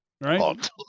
Right